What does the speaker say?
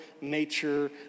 nature